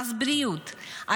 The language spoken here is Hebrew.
מס בריאות,